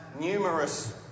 numerous